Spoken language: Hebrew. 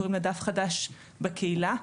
שנקראת "דף חדש בקהילה",